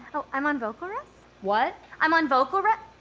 oh, i'm on vocal rest. what? i'm on vocal re